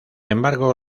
embargo